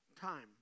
time